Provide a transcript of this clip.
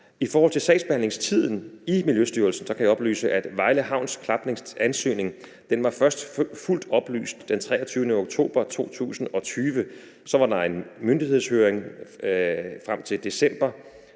I forhold til sagsbehandlingstiden i Miljøstyrelsen kan jeg oplyse, at Vejle Havns klapningsansøgning først var fuldt oplyst den 23. oktober 2020. Så var der en myndighedshøring frem til december